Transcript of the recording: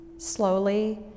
Slowly